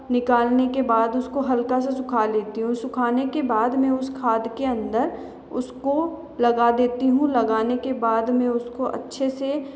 निकालने के बाद उसको हल्का सा सुखा लेती हूँ सुखाने के बाद मैं उस खाद के अंदर उसको लगा देती हूँ लगाने के बाद मैं उसको अच्छे से